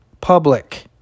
public